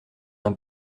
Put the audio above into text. d’un